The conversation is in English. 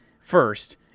first